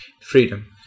freedom